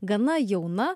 gana jauna